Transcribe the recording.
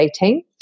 18